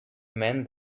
men